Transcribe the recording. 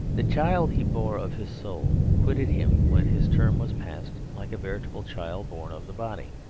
the child he bore of his soul quitted him when his term was passed like a veritable child born of the body.